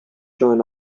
join